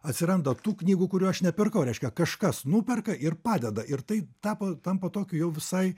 atsiranda tų knygų kurių aš nepirkau reiškia kažkas nuperka ir padeda ir tai tapo tampa tokiu jau visai